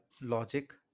logic